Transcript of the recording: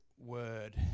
word